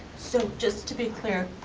so just to be clear,